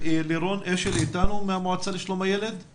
לירון אשל מהמועצה לשלום הילד איתנו?